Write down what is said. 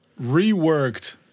reworked